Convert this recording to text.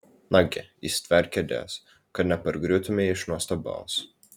nagi įsitverk kėdės kad nepargriūtumei iš nuostabos